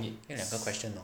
可以两个 question 的吗